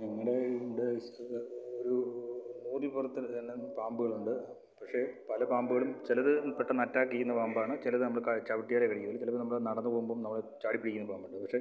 ഞങ്ങളുടെ ഇവിടെ ഒരു പാമ്പുകളുണ്ട് പക്ഷേ പല പാമ്പുകളും ചിലത് പെട്ടെന്ന് അറ്റാക്ക് ചെയ്യുന്ന പാമ്പാണ് ചിലത് നമ്മൾ ചവിട്ടിയാലേ കടിക്കുള്ളൂ ചിലത് നമ്മൾ നടന്ന് പോവുമ്പം നമ്മളെ ചാടി പിടിക്കുന്ന പാമ്പുണ്ട് പക്ഷേ